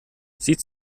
sieht